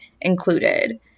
included